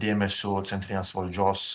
dėmesiu centrinės valdžios